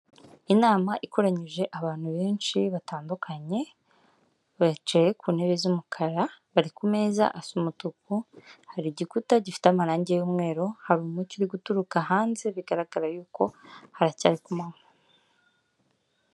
Inama ikoranyije abantu benshi batandukanye bicaye ku ntebe z'umukara bari ku meza asa umutuku, hari igikuta gifite amarangi y'umweru hari umucyo uri guturuka hanze bigaragara yuko haracyari kumanywa.